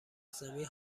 زمین